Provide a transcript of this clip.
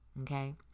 okay